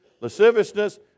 lasciviousness